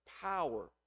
power